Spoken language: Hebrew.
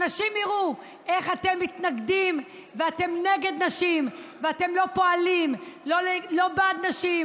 אנשים יראו איך אתם מתנגדים ואתם נגד נשים ואתם לא פועלים לא בעד נשים,